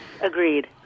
agreed